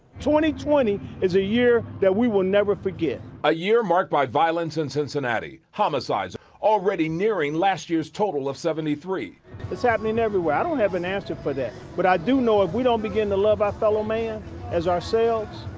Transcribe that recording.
twenty twenty is a year that we will never forget. ah, year marked by violence in cincinnati homicides already nearing last year's total of seventy three it's happening everywhere. i don't have an answer for that, but i do know if we don't begin to love our fellow man as ourselves.